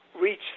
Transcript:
reach